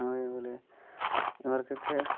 അതേപോലെ അവർക്ക് ഒക്കെ